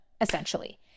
essentially